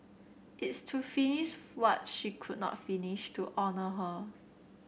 it's to finish what she could not finish to honour her